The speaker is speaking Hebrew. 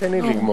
תן לי לסיים,